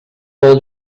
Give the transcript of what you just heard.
pel